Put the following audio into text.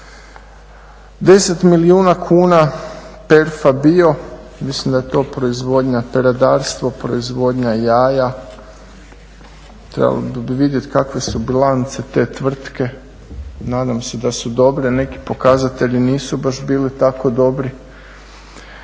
10 milijuna kuna Perfa bio, mislim da je to proizvodnja, peradarstvo, proizvodnja jaja. Trebalo bi vidjet kakve su bilance te tvrtke, nadam se da su dobre. Neki pokazatelji nisu baš bili tako dobri.